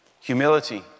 Humility